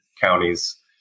counties